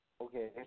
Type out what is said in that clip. okay